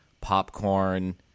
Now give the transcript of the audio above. popcorn